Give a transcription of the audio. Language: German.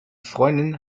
freundin